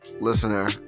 listener